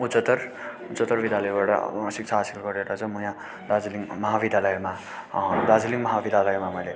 उच्चत्तर उच्चत्तर विद्यालयबाट शिक्षा हासिल गरेर चाहिँ मो याँ दार्जिलिङ महाविद्यालयमा दार्जिलिङ महाविद्यालयमा मैले